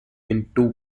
into